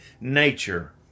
nature